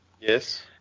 Yes